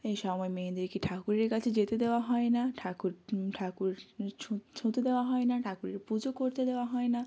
এই সময় মেয়েদেরকে ঠাকুরের কাছে যেতে দেওয়া হয় না ঠাকুর ঠাকুর ছুঁতে দেওয়া হয় না ঠাকুরের পুজো করতে দেওয়া হয় না